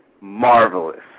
marvelous